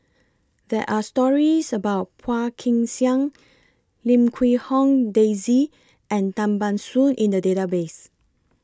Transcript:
There Are stories about Phua Kin Siang Lim Quee Hong Daisy and Tan Ban Soon in The Database